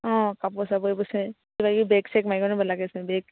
অঁ কাপোৰ চাপোৰ চব আছে কিবা কিবি বেগ ছেগ লাগে আছে বেগ